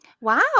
Wow